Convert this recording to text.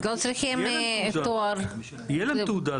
הם לא צריכים תואר --- תהיה להם תעודה.